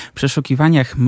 przeszukiwaniach